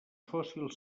fòssils